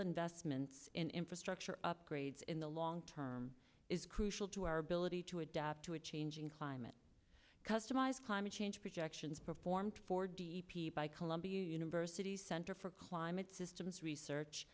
investments in infrastructure upgrades in the long term is crucial to our ability to adapt to a changing climate customized climate change projections performed for d p by columbia university's center for climate systems research